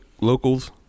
locals